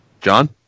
John